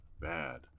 bad